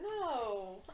no